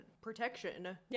protection